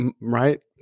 right